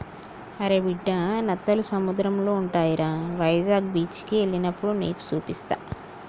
అరే బిడ్డా నత్తలు సముద్రంలో ఉంటాయిరా వైజాగ్ బీచికి ఎల్లినప్పుడు నీకు సూపిస్తా